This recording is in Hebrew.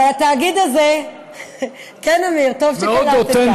אבל התאגיד הזה, כן, אמיר, טוב שקלטת.